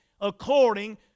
according